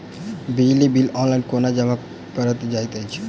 बिजली bill online कोना जमा कएल जाइत अछि?